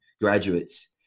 graduates